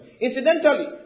Incidentally